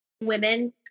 women